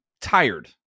tired